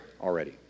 already